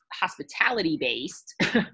hospitality-based